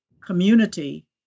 community